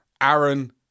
Aaron